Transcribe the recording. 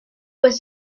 was